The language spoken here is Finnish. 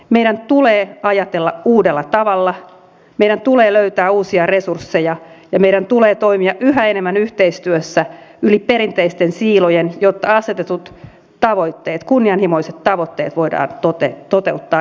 meidän tulee ajatella uudella tavalla meidän tulee löytää uusia resursseja ja meidän tulee toimia yhä enemmän yhteistyössä yli perinteisten siilojen jotta asetetut tavoitteet kunnianhimoiset tavoitteet voidaan toteuttaa ja saavuttaa